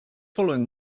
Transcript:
following